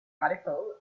article